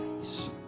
face